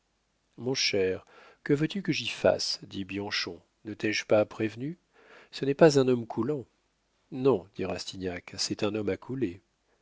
mon cher que veux-tu que j'y fasse dit bianchon ne t'ai-je pas prévenu ce n'est pas un homme coulant non dit rastignac c'est un homme à couler